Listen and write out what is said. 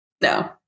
No